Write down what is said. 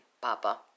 Papa